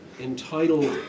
entitled